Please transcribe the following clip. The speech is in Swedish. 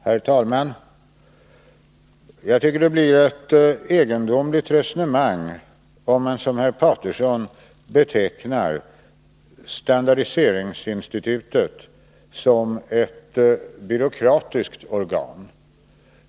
Herr talman! Jag tycker det blir ett egendomligt resonemang, om man som herr Paterson betecknar standardiseringsinstitutet som ett byråkratiskt organ.